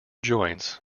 joints